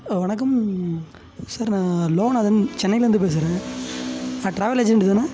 வணக்கம் சார் நான் லோகநாதன் சென்னையில் இருந்து பேசுகிறேன் ட்ராவல் ஏஜென்ட்டு தானே